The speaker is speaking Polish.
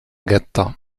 getto